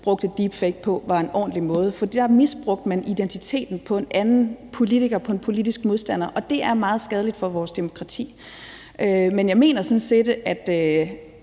brugte deepfake på, var en ordentlig måde, for der misbrugte man en politisk modstanders identitet, og det er meget skadeligt for vores demokrati. Men jeg mener sådan set, at